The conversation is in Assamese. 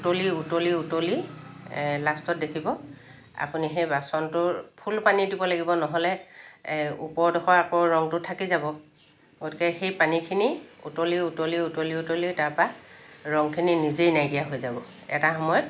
উতলি উতলি উতলি লাষ্টত দেখিব আপুনি সেই বাচনটোৰ ফুল পানী দিব লাগিব নহ'লে ওপৰ ডোখৰ আকৌ ৰঙটো থাকি যাব গতিকে সেই পানীখিনি উতলি উতলি উতলি উতলি তাৰপৰা ৰঙখিনি নিজেই নাইকিয়া হৈ যাব এটা সময়ত